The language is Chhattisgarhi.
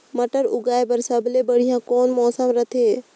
मटर उगाय बर सबले बढ़िया कौन मौसम रथे?